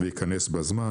וייכנס בזמן.